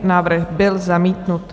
Návrh byl zamítnut.